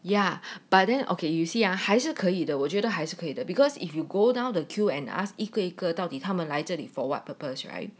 ya but then okay you see ah 还是可以的我觉得还是可以的 because if you go down the queue and ask 一个一个到底来这里 for what purpose right